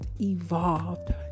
evolved